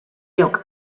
lloc